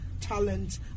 talent